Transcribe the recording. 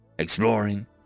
Exploring